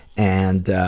and ah,